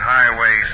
Highway